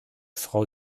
frau